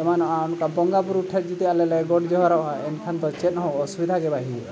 ᱮᱢᱟᱱᱚᱜᱼᱟ ᱚᱱᱠᱟ ᱵᱚᱸᱜᱟ ᱵᱩᱨᱩ ᱴᱷᱮᱱ ᱡᱩᱫᱤ ᱟᱞᱮᱞᱮ ᱜᱚᱰ ᱡᱚᱦᱟᱨᱚᱜᱼᱟ ᱮᱱᱠᱷᱟᱱ ᱫᱚ ᱪᱮᱫᱦᱚᱸ ᱚᱥᱩᱵᱤᱫᱷᱟᱜᱮ ᱵᱟᱭ ᱦᱩᱭᱩᱜᱼᱟ